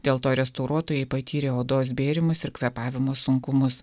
dėl to restauruotojai patyrė odos bėrimus ir kvėpavimo sunkumus